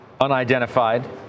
unidentified